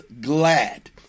glad